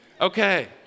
Okay